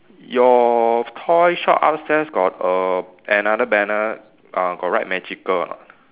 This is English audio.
your toy shop upstairs got err another banner uh got write magical or not